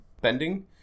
bending